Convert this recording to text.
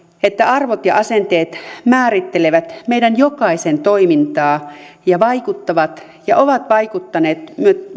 että arvot ja asenteet määrittelevät meidän jokaisen toimintaa ja vaikuttavat ja ovat vaikuttaneet